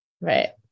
Right